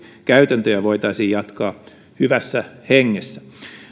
käytäntöjä voitaisiin jatkaa hyvässä hengessä